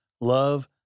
love